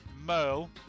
Merle